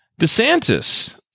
DeSantis